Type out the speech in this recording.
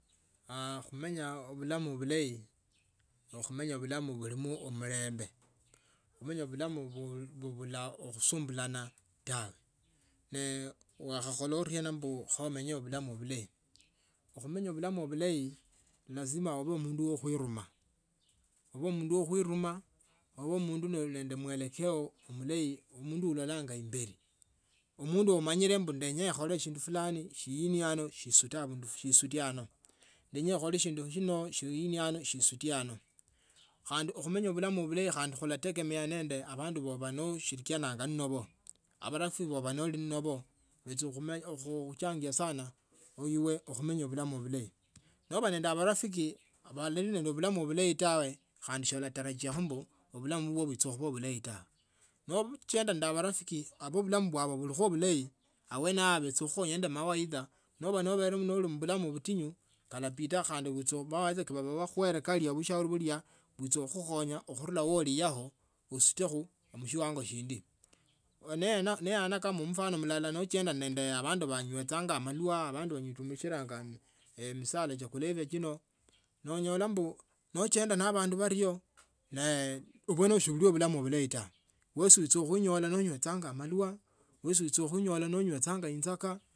Ah khumenya obulamu bulayi khumenya abulamu buli nende umelembe bumenye bulama bubula khusumbulana tawe ne wakhokhola oriena whe mbu mum enyewe bulamu bulayi. Khumenya bulamu bulayi lazima ube mundu uli nende mwelekeo bulayi mundu alolanga ambeli. omundu amanyile ndenyile ekhole makhuwa fulani shinie ano shisute ano nenya ekhole shindu shirio shisute ano khandi khumenya obulama bulayi khulategemea nende abandu ulabaa nashirikiana. Nabo abarafiki oli nabo khuchangia sana khaibe khumenya maisha malayi. Noba nende marafiki bali nende bulamu bulayi tawe khandi sautarajie ulama nende bulamu bulayi. kho nochenda abwene ao balakhuwa mawaida noba nobene ubushauri bulakhukhonja khunula oli ao uisutekho mshiwango shindi. Neana shinga mkhana mlala nende abandu banywechanga malwa abandu banumichalanga madawa chia kulevya chino noonyola mbu nechunda ne abandu shinga bario ne ibo ni bulamu bulamu bulayi taa wesi olanyola no onyechwangwa malwa. Wesi olanyola nonywechanga injaka.